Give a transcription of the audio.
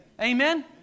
Amen